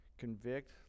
Convict